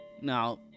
now